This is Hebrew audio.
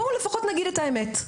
בואו לפחות נגיד את האמת.